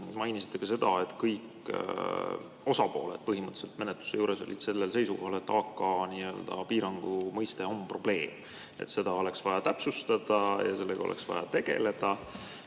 mainisite ka seda, et kõik osapooled menetluse juures olid põhimõtteliselt seisukohal, et AK‑piirangu mõiste on probleem, seda oleks vaja täpsustada ja sellega oleks vaja tegeleda.